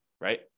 right